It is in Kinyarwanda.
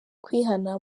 kwihana